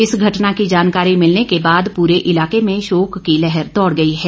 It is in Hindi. इस घटना की जानकारी मिलने के बाद पूरे इलाके में शोक की लहर दौड़ गई है